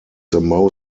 capable